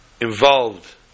involved